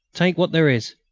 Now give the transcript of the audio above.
take what there is.